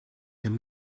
him